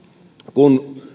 kun